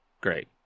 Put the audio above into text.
Great